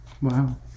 Wow